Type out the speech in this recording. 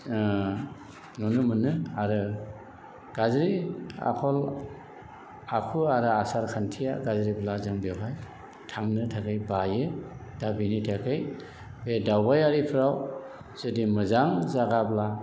नुनो मोनो आरो गाज्रि आखल आखु आरो आसार खान्थिया गाज्रिब्ला जों बेवहाय थांनो थाखाय बायो दा बिनि थाखाय बे दावबायारिफ्राव जुदि मोजां जायगाब्ला